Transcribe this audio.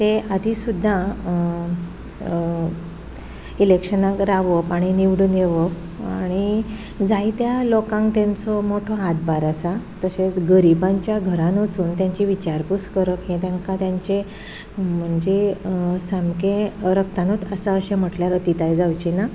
ते आदी सुद्दां इलेक्शनाक रावप आनी निवडून येवप आनी जायत्या लोकांक तांचो मोठो हातबार आसा तशेंच गरिबांच्या घरांत वचून तांची विचारपूस करप हें तांकां तेंचें म्हणजे सामकें रगतानूच आसा अशें म्हटल्यार अतिताय जावची ना